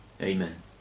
Amen